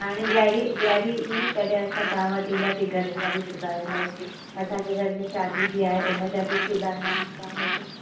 हाणे ॾियारी ॾियारी ईंदी तॾहिं असां तव्हां वटि ईंदासीं घर लाइ बि सुबाए वेंदासीं असांजे घर में शादी बि आहे उन जा बि सुबाइणा आहिनि तव्हां वटि